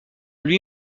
lui